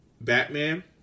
Batman